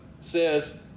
says